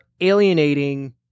alienating